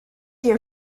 your